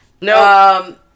No